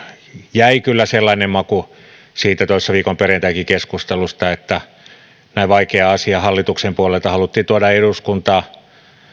jäi kyllä sellainen maku siitä toissa viikon perjantainkin keskustelusta että näin vaikea asia hallituksen puolelta haluttiin tuoda eduskuntaan